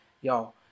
y'all